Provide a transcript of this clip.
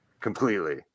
completely